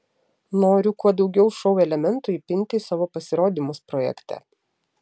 noriu kuo daugiau šou elementų įpinti į savo pasirodymus projekte